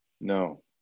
No